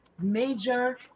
major